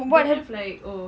don't have like oh